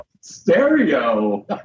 stereo